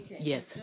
Yes